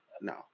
No